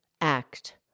act